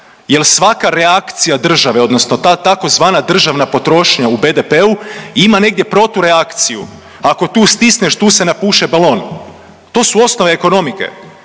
jer svaka reakcija države odnosno ta tzv. državna potrošnja u BDP-u ima negdje protureakciju, ako tu stisneš, tu se napuše balon. To su osnove ekonomike